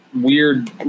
weird